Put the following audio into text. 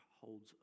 holds